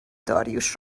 داریوش